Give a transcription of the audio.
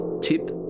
tip